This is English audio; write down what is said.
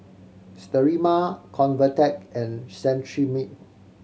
Sterimar Convatec and Cetrimide